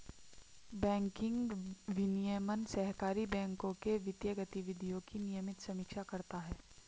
banking विनियमन सहकारी बैंकों के वित्तीय गतिविधियों की नियमित समीक्षा करता है